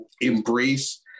embrace